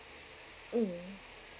mm